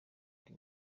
ari